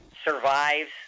survives